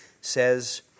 says